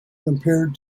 compared